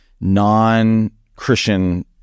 non-christian